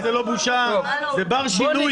בושה, זה בר שינוי.